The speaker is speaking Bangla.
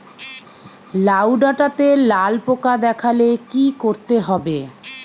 লাউ ডাটাতে লাল পোকা দেখালে কি করতে হবে?